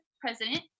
president